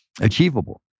Achievable